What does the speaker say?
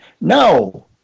No